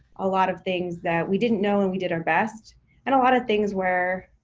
a lot of things that we didn't know and we did our best and a lot of things where